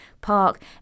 Park